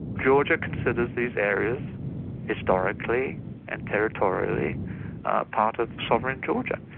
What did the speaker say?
georgia considers these areas historically and territorially part of sovereign georgia,